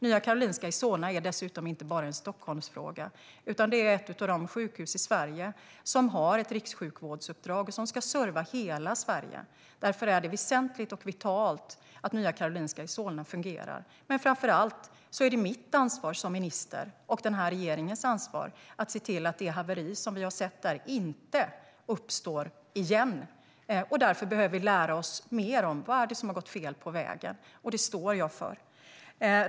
Nya Karolinska Solna är dessutom inte bara en Stockholmsfråga, utan det är ett av de sjukhus i Sverige som har ett rikssjukvårdsuppdrag och ska serva hela landet. Därför är det väsentligt att Nya Karolinska Solna fungerar. Framför allt är det mitt ansvar som minister och regeringens ansvar att se till att det haveri vi har sett där inte uppstår igen. Därför behöver vi lära oss mer om vad det är som har gått fel på vägen. Det står jag för.